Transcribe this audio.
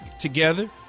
together